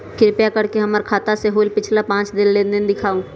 कृपा कर के हमर खाता से होयल पिछला पांच लेनदेन दिखाउ